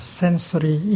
sensory